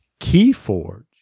Keyforge